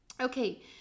Okay